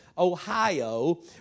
Ohio